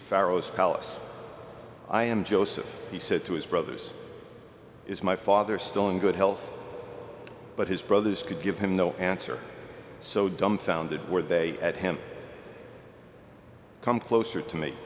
pharaoh's palace i am joseph he said to his brothers is my father still in good health but his brothers could give him no answer so dumbfounded were they at him come closer to me